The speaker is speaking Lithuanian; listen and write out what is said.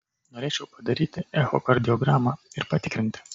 norėčiau padaryti echokardiogramą ir patikrinti